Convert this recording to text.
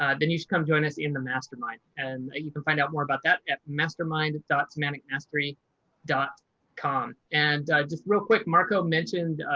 ah denise, come join us in the mastermind. and you can find out more about that mastermind dot semantic mastery com. and just real quick, marco mentioned,